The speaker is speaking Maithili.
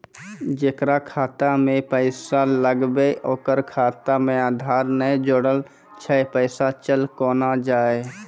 जेकरा खाता मैं पैसा लगेबे ओकर खाता मे आधार ने जोड़लऽ छै पैसा चल कोना जाए?